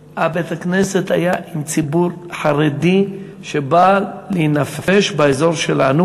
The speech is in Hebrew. כל בית-הכנסת היה מלא בציבור חרדי שבא להינפש באזור שלנו.